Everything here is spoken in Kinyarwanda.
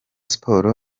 sports